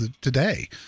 today